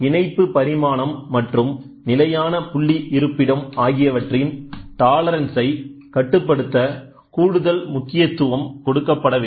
இணைப்பு பபரிமாணம் மற்றும் நிலையான புள்ளி இருப்பிடம் ஆகியவற்றின் டாலரன்ஸை கட்டுப்படுத்த கூடுதல் முக்கியத்துவம் கொடுக்கப்பட வேண்டும்